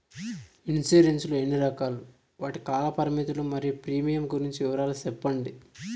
Insurance లు ఎన్ని రకాలు? వాటి కాల పరిమితులు మరియు ప్రీమియం గురించి వివరాలు సెప్పండి?